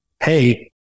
Hey